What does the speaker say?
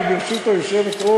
אבל ברשות היושבת-ראש,